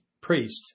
priest